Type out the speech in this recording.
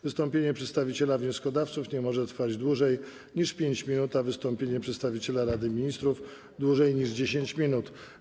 Wystąpienie przedstawiciela wnioskodawców nie może trwać dłużej niż 5 minut, a wystąpienie przedstawiciela Rady Ministrów - dłużej niż 10 minut.